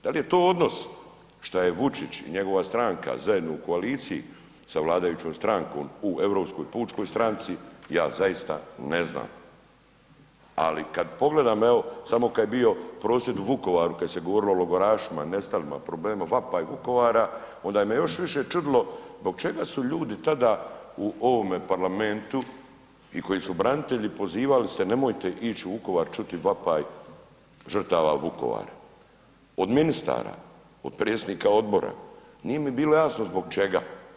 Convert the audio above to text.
Da li je to odnos šta je Vučić i njegova stranka zajedno u koaliciji sa vladajućom strankom u Europskoj pučkoj stranci, ja zaista ne znam, ali kad pogledam evo samo kad je bio prosvjed u Vukovaru kad se govorilo o logorašima i nestalima, problemu vapaj Vukovara, onda me još više čudilo zbog čega su ljudi tada u ovome parlamentu i koji su branitelji pozivali se nemojte ići u Vukovar čuti vapaj žrtava Vukovara, od ministara, od predsjednika odbora, nije mi bilo jasno zbog čega.